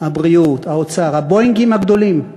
הבריאות, האוצר, ה"בואינגים" הגדולים.